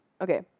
okay